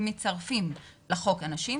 אם מצרפים לחוק אנשים,